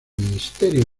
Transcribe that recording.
ministerio